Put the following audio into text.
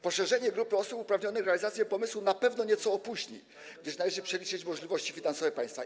Poszerzenie grupy osób uprawnionych realizację pomysłu na pewno nieco opóźni, gdyż należy to przeliczyć, oszacować możliwości finansowe państwa.